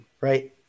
Right